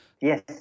Yes